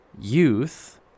youth